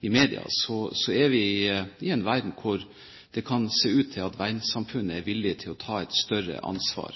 i media, så kan det se ut til at verdenssamfunnet er villig til å ta et større ansvar